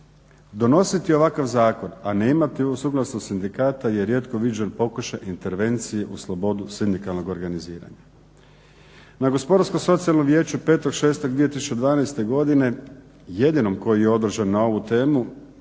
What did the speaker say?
Donositi ovakav zakon a ne imati suglasnost sindikata je rijetko viđen pokušaj intervencije u slobodu sindikalnog organiziranja. Na Gospodarsko-socijalnom vijeću 5.6.2012. godine jedinom koji je održan na ovu temu